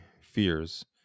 fears